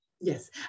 Yes